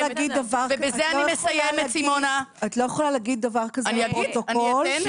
יכולה להגיד דבר כזה לפרוטוקול.